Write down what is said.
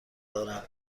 دارم